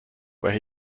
where